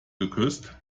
geküsst